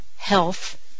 Health